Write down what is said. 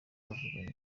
bavuganye